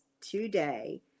today